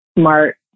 smart